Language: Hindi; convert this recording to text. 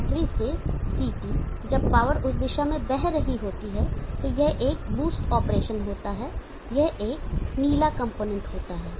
बैटरी से CT जब पावर उस दिशा में बह रही होती है तो यह एक बूस्ट ऑपरेशन होता है यह एक नीला कंपोनेंट होता है